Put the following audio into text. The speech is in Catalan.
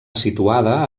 situada